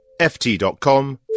ft.com